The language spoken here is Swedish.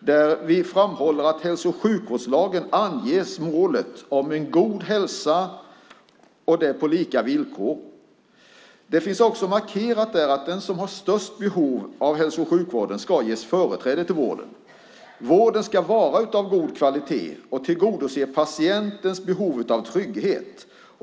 Där framhåller vi att i hälso och sjukvårdslagen anges målet om en god hälsa på lika villkor. Där markeras också att den som har störst behov av hälso och sjukvården ska ges företräde. Vården ska vara av god kvalitet och tillgodose patientens behov av trygghet.